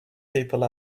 people